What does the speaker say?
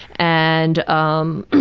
and um,